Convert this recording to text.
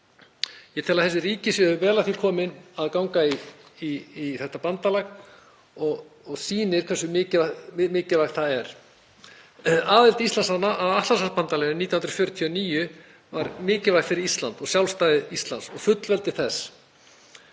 Ég tel að þessi ríki séu vel að því komin að ganga í þetta bandalag og sýnir hversu mikilvægt það er. Aðild Íslands að Atlantshafsbandalaginu 1949 var mikilvæg fyrir Ísland og sjálfstæði Íslands og fullveldi þess.